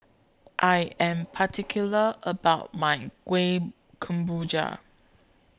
I Am particular about My Kueh Kemboja